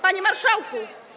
Panie marszałku?